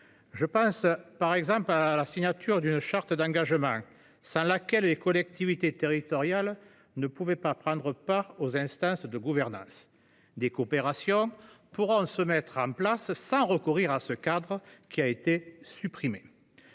Je pense par exemple à la signature d’une charte d’engagements, sans laquelle les collectivités territoriales ne pouvaient prendre part aux instances de gouvernance. Des coopérations pourront se mettre en place sans recourir à ce cadre, qui a été supprimé.